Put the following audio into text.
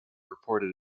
reported